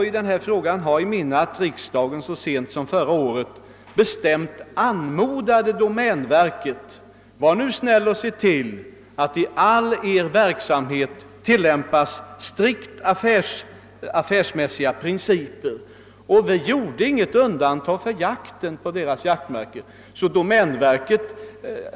Vi skall komma ihåg att riksdagen så sent som förra året anmodade domänverket att se till att man i hela sin verksamhet tillämpade strikt affärsmässiga principer. Det gjordes då inte något undantag för jakten på domänverkets marker.